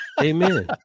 Amen